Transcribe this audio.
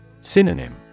Synonym